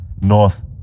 north